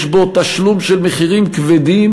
יש בו תשלום של מחירים כבדים,